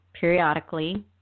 periodically